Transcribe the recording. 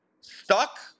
stuck